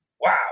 Wow